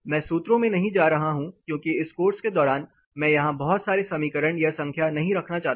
मैं सूत्रों में नहीं जा रहा हूं क्योंकि इस कोर्स के दौरान मैं यहां बहुत सारे समीकरण या संख्या नहीं रखना चाहता